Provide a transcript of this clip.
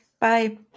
Bye